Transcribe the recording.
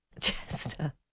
Chester